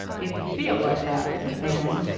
if you feel like that, said bannon,